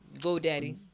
GoDaddy